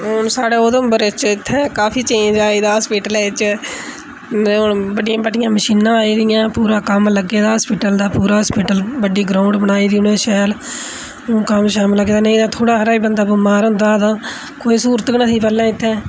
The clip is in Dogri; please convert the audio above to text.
साढ़े उधमपुर च इत्थै हास्पिटलें च ते हून बड्डिया बड्डियां मशीना आई गेदियां पूरा कम्म लग्गे दा हास्पिटल दा पूरा हास्पिटल बड्डी ग्राउंड बनाई दी उ'नें शैल हून कम्म शम्म लग्गे दा नेईं ते पैह्लें बंदा बमार होंदा तां कोई स्हूलत नेईं ही पैह्लें इत्थै